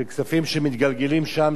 של כספים שמתגלגלים שם,